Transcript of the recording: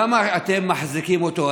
למה אתם מחזיקים אותו?